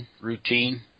routine